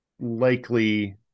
likely